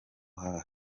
hafi